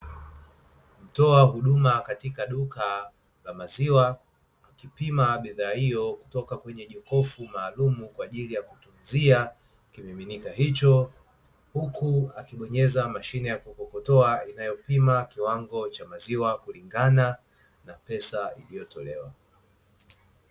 Mtoa huduma katika duka la maziwa, akipima bidhaa hiyo kutoka kwenye jokofu maalamu kwa ajili ya kutunzia kimiminika hicho, huku akibonyeza mashine ya kukokotoa inayopima kiwango cha maziwa kulingana na pesa iliyotolewa.